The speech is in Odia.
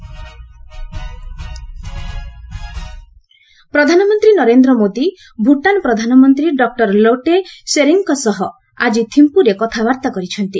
ପିଏମ୍ ଭୁଟାନ୍ ପ୍ରଧାନମନ୍ତ୍ରୀ ନରେନ୍ଦ୍ର ମୋଦି ଭୁଟାନ ପ୍ରଧାନମନ୍ତ୍ରୀ ଡକ୍ଟର ଲୋଟେ ସେରିଙ୍ଗ୍ଙ୍କ ସହ ଆଜି ଥିମ୍ପୁରେ କଥାବାର୍ତ୍ତା କରିଛନ୍ତି